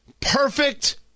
Perfect